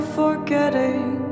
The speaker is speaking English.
forgetting